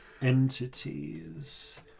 entities